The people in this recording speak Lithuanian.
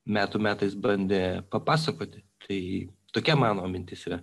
metų metais bandė papasakoti tai tokia mano mintis yra